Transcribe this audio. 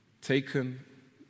Taken